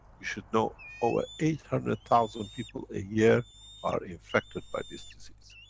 you should know over eight hundred thousand people a year are infected by this disease.